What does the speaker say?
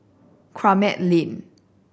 Kramat Lane